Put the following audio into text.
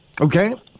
Okay